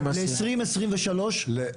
שלום,